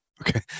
Okay